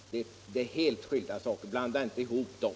Det är helt skilda saker. Blanda inte ihop dem!